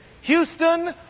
Houston